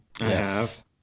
Yes